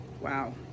wow